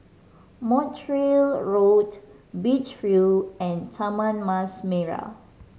Montreal Road Beach View and Taman Mas Merah